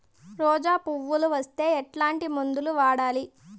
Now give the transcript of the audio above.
రోజా పువ్వులు వస్తే ఎట్లాంటి మందులు వాడాలి?